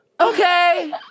Okay